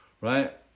right